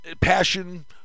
passion